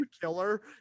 killer